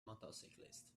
motorcyclist